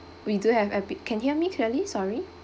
we do have appe~ can hear me clearly sorry